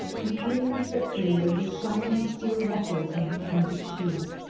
and gleaming fitfully over the shining steel buckles on her pointed shoes.